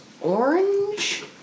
orange